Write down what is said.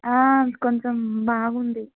కొంచెం బాగుంది